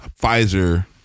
Pfizer